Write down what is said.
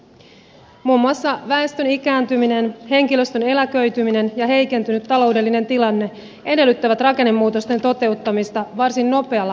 muun muassa väestön ikääntyminen henkilöstön eläköityminen ja heikentynyt taloudellinen tilanne edellyttävät rakennemuutosten toteuttamista varsin nopealla aikataululla